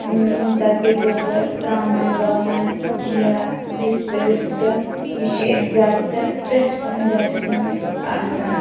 مِثال کے طور پَر ژامَن وامَن یا رِستہٕ وِستہٕ یہِ چھِ ییٚتہِ زیادٕ تَر پرٛتھ کُنہِ گَرَس منٛز آسان